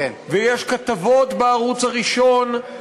ויש כתבות בערוץ הראשון,